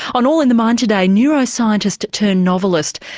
on all in the mind today neuroscientist turned novelist,